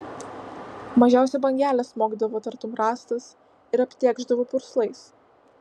mažiausia bangelė smogdavo tartum rąstas ir aptėkšdavo purslais